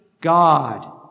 God